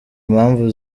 impamvu